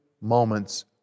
moments